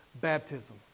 baptism